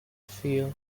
feel